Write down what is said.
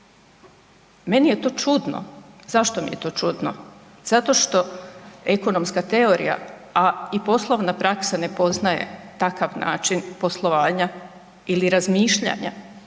Meni je to čudno. Zašto mi je to čudno? Zato što ekonomska teorija, a i poslovna praksa ne poznaje takav način poslovanja ili razmišljanja.